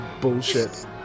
bullshit